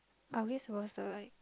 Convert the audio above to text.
are we suppose to like